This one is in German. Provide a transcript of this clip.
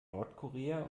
nordkorea